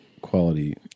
quality